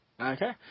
Okay